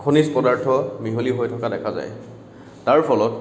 খনিজ পদাৰ্থ মিহলি হৈ থকা দেখা যায় তাৰ ফলত